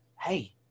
hey